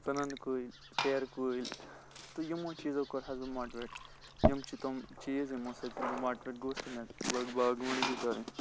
ژٕنن کُلۍ ژیرٕ کُلۍ تہٕ یِمو چیٖزو کوٚرہوس بہٕ ماٹِویٹ یِم چھِ تِم چیٖز یِمو سۭتۍ بہٕ ماٹِویٹ گوٚوُس تہٕ مےٚ لوگ باغوانگی کرٕنۍ